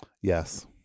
Yes